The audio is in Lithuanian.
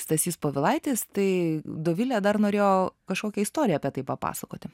stasys povilaitis tai dovilė dar norėjo kažkokią istoriją apie tai papasakoti